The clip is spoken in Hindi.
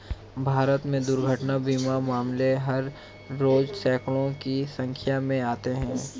भारत में दुर्घटना बीमा मामले हर रोज़ सैंकडों की संख्या में आते हैं